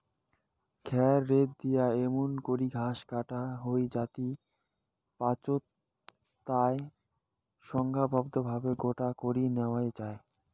খ্যার রেক দিয়া এমুন করি ঘাস কাটা হই যাতি পাচোত তায় সংঘবদ্ধভাবে গোটো করি ন্যাওয়া যাই